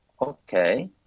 Okay